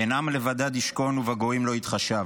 הן עם לבדד ישכֹּן ובגוים לא יתחשב".